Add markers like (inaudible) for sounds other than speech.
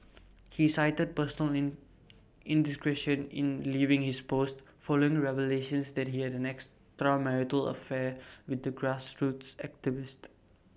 (noise) he cited personal indiscretion in leaving his post following revelations that he had an extramarital affair with the grassroots activist